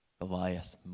Goliath